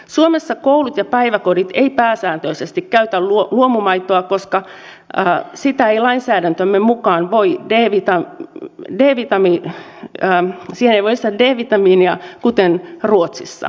suomessa koulut ja päiväkodit eivät pääsääntöisesti käytä luomumaitoa koska siihen ei lainsäädäntömme mukaan voi lisätä d vitamiinia kuten ruotsissa